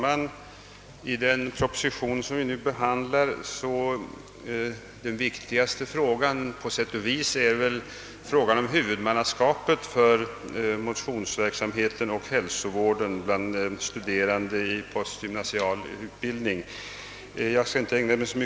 Herr talman! Den viktigaste frågan i den proposition vi nu behandlar gäller huvudmannaskapet för motionsverksamheten och hälsovården bland studerande i postgymnasial utbildning.